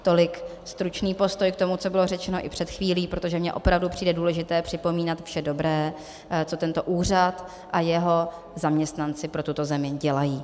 Tolik stručný postoj k tomu, co bylo řečeno i před chvílí, protože mně opravdu přijde důležité připomínat vše dobré, co tento úřad a jeho zaměstnanci pro tuto zemi dělají.